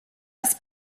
das